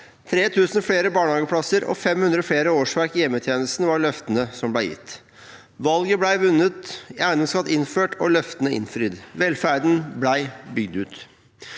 3 000 flere barnehageplasser og 500 flere årsverk i hjemmetjenesten var løftene som ble gitt. Valget ble vunnet, eiendomsskatt innført, og løftene innfridd. Velferden ble bygd ut.